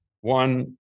one